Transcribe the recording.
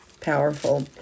powerful